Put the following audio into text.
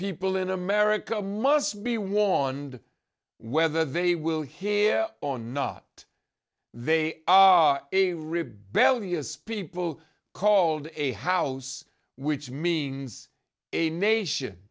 people in america must be warned whether they will hear on not they are a rebellious people called a house which means a nation